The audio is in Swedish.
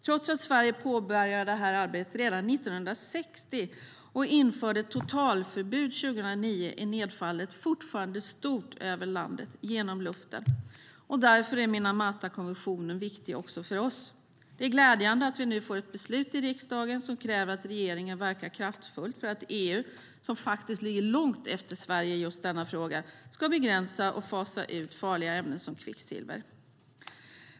Trots att Sverige påbörjade arbetet redan 1960 och införde ett totalförbud 2009 är nedfallet över landet genom luften fortfarande stort. Därför är Minamatakonventionen viktig också för oss. Det är glädjande att vi nu får ett beslut i riksdagen med krav på att regeringen verkar kraftfullt för att EU - som faktiskt ligger långt efter Sverige i just denna fråga - ska begränsa och fasa ut farliga ämnen som kvicksilver.